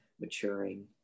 maturing